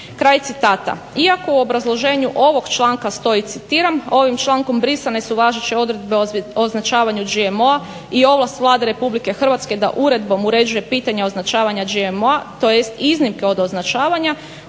Kraj citata. Iako u obrazloženju ovog članka stoji citiram: "Ovim člankom brisane su važeće odredbe o označavanju GMO-a i ovlast Vlade RH da uredbom uređuje pitanja označavanja GMO-a tj. iznimke od označavanja